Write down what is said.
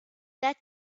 that